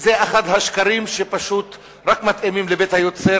זה אחד השקרים שפשוט רק מתאימים לבית-היוצר